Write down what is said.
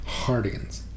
Hardigans